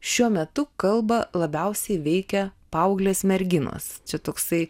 šiuo metu kalbą labiausiai veikia paauglės merginos čia toksai